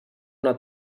una